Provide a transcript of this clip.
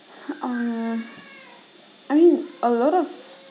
mm I mean a lot of